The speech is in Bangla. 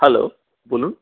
হ্যালো বলুন